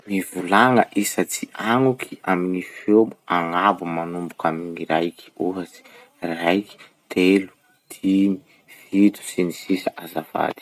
Mivolagna isa tsy agnoky amy gny feo agnabo manomboky amy gny raiky. Ohatsy: raiky, telo, dimy, fito, sy ny sisa azafady.